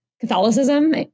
Catholicism